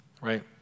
Right